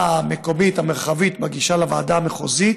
המקומית המרחבית מגישה לוועדה המחוזית,